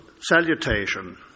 Salutation